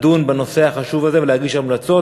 לדון בנושא החשוב הזה ולהגיש המלצות.